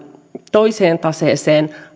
toiseen taseeseen